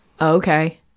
Okay